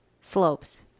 Slopes